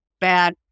bad